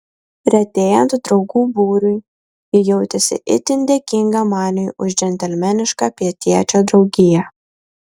retėjant draugų būriui ji jautėsi itin dėkinga maniui už džentelmenišką pietiečio draugiją